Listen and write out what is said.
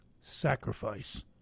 sacrifice